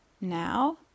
now